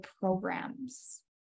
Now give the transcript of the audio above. programs